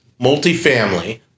multifamily